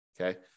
Okay